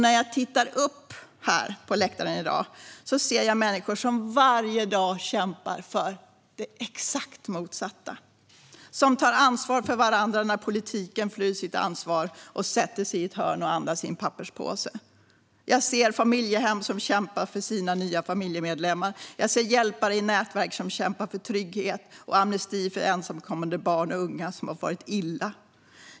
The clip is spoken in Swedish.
När jag tittar upp på läktaren i dag ser jag människor som varje dag kämpar för det exakt motsatta. De tar ansvar för varandra när politiken flyr sitt ansvar och sätter sig i ett hörn och andas i en papperspåse. Jag ser familjehem som kämpar för sina nya familjemedlemmar. Jag ser hjälpare i nätverk som kämpar för trygghet och amnesti för ensamkommande barn och unga som har farit illa.